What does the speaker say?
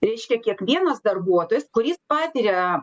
reiškia kiekvienas darbuotojas kuris patiria